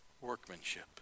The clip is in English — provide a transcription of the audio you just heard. workmanship